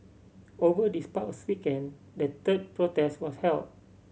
over this past weekend the third protest was held